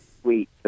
sweet